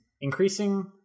Increasing